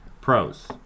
pros